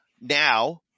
now